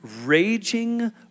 raging